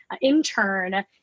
intern